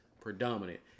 predominant